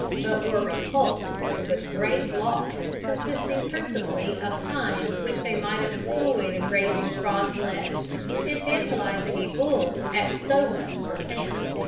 but were repulsed with great loss, consisting principally of time which they might have employed in raising frogs' legs and tantalizing a bull at so much per tant.